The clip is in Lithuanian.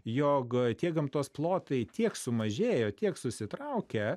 jog tie gamtos plotai tiek sumažėjo tiek susitraukė